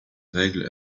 règles